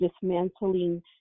dismantling